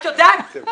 את יודעת,